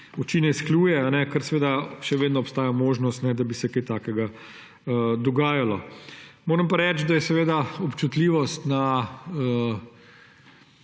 oči ne izkljuje, kar pomeni, da še vedno obstaja možnost, da bi se kaj takega dogajalo. Moram pa reči, da je občutljivost na